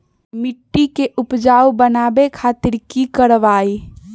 मिट्टी के उपजाऊ बनावे खातिर की करवाई?